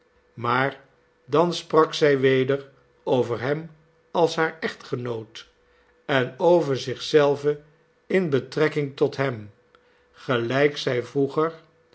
maar dan sprak zij weder over hem als haar echtgenoot en over zich zelve in betrekking tot hem gelijk zij vroeger